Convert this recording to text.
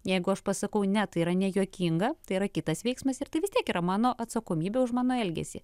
jeigu aš pasakau ne tai yra nejuokinga tai yra kitas veiksmas ir tai vis tiek yra mano atsakomybė už mano elgesį